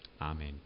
Amen